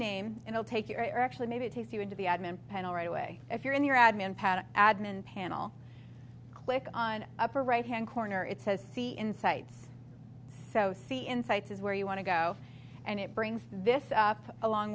name and they'll take your actually maybe it takes you into the admin panel right away if you're in your admin pad admin panel click on upper right hand corner it says see insights so c insights is where you want to go and it brings this up along